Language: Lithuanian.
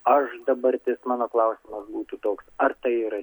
aš dabar tik mano klausimas būtų toks ar tai yra